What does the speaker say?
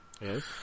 yes